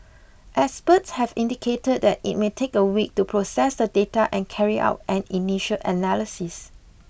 experts have indicated that it may take a week to process the data and carry out an initial analysis